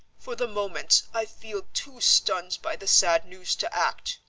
for the moment i feel too stunned by the sad news to act.